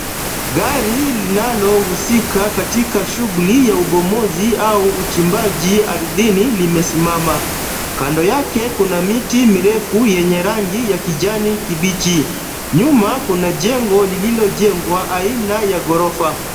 Gari linalohusika katika shughuli ya ubomozi au uchimbaji ardhini limesimama. Kando yake kuna miti mirefu yenye rangi ya kijani kibichi. Nyuma kuna jengo lililojengwa aina ya ghorofa.